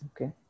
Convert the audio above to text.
Okay